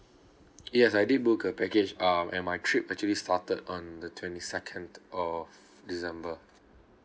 yes I did booked a package um and my trip actually started on the twenty second of december